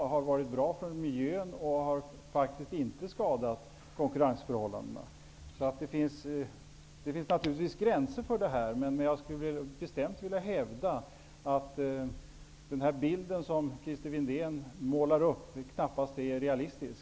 De har varit bra för miljön, och de har faktiskt inte skadat konkurrensförhållandena. Det finns naturligtvis gränser, men jag skulle bestämt vilja hävda att den bild som Christer Windén målar upp inte är realistisk.